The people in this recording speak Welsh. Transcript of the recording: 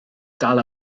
dal